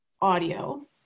audio